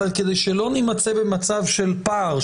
אבל כדי שלא נימצא במצב של פער,